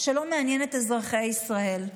שלא מעניין את אזרחי ישראל.